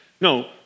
No